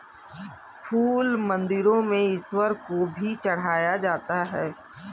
फूल मंदिरों में ईश्वर को भी चढ़ाया जाता है